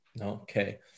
Okay